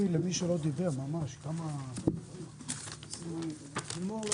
הישיבה ננעלה בשעה 11:06.